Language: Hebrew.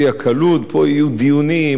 פה יהיו דיונים ארוכים.